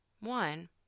One